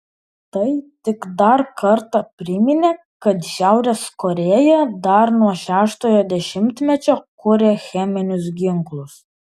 tai tik dar kartą priminė kad šiaurės korėja dar nuo šeštojo dešimtmečio kuria cheminius ginklus